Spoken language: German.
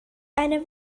eine